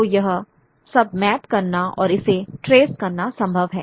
तो यह सब मैप करना और इसे ट्रेस करना संभव है